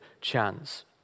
chance